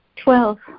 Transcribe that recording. Twelve